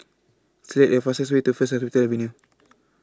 Select The fastest Way to First Hospital Avenue